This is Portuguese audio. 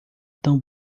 tão